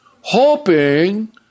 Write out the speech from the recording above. hoping